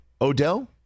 Odell